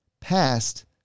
past